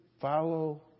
Follow